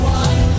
one